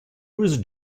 was